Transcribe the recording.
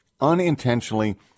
unintentionally